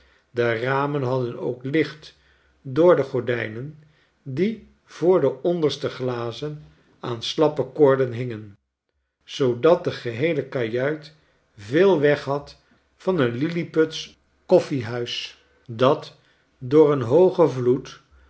de ramen hadden ook licht door de gordijnen die voor de onderste glazen aan slappe koorden hingen zoodat de geheele kajuit veel weghad van een lilliputsch komehuis dat door een hoogen vloed